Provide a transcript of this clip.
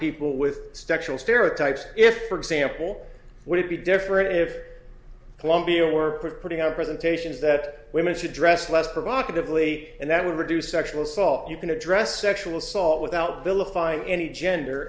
people with sexual stereotypes if for example would it be different if columbia or quit putting out presentations that women should dress less provocatively and that would reduce sexual assault you can address sexual assault without vilifying any gender